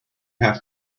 have